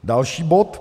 Další bod.